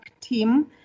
team